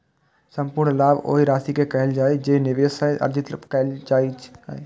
संपूर्ण लाभ ओहि राशि कें कहल जाइ छै, जे निवेश सं अर्जित कैल जाइ छै